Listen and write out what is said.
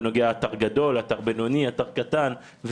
אתר גדול, אתר בינוני, אתר קטן.